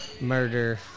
murder